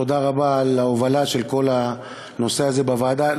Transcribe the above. תודה רבה על ההובלה של כל הנושא הזה בוועדה.